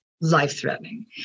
life-threatening